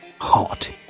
hot